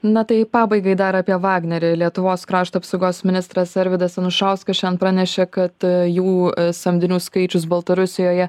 na tai pabaigai dar apie vagnerį lietuvos krašto apsaugos ministras arvydas anušauskas šian pranešė kad jų samdinių skaičius baltarusijoje